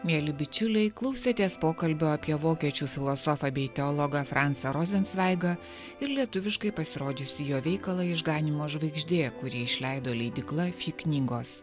mieli bičiuliai klausėtės pokalbio apie vokiečių filosofą bei teologą francą rozencveigą ir lietuviškai pasirodžiusį jo veikalą išganymo žvaigždė kuri išleido leidykla fi knygos